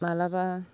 माब्लाबा